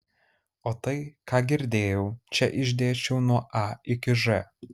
o tai ką girdėjau čia išdėsčiau nuo a iki ž